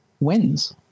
wins